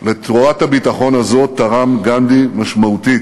לתורת הביטחון הזאת תרם גנדי משמעותית.